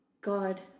God